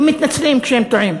הם מתנצלים כשהם טועים.